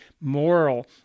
moral